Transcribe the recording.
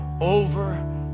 over